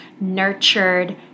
nurtured